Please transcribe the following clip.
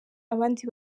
abandi